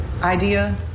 idea